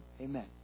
Amen